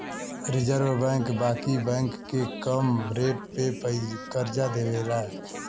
reserve bank बाकी bank के कम रेट पे करजा देवेला